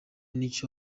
nicyo